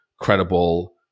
credible